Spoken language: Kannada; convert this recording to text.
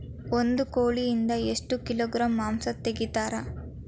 ಒಂದು ಕೋಳಿಯಿಂದ ಎಷ್ಟು ಕಿಲೋಗ್ರಾಂ ಮಾಂಸ ತೆಗಿತಾರ?